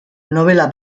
nobela